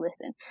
listen